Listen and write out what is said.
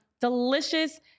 delicious